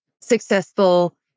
successful